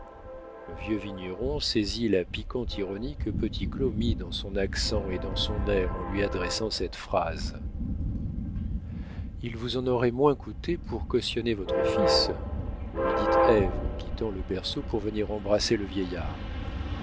le vieux vigneron saisit la piquante ironie que petit claud mit dans son accent et dans son air en lui adressant cette phrase il vous en aurait moins coûté pour cautionner votre fils lui dit ève en quittant le berceau pour venir embrasser le vieillard